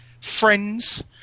Friends